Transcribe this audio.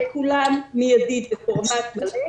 את כולם מידית בפורמט הזה,